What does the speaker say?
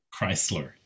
chrysler